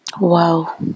wow